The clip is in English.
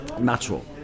natural